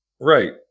Right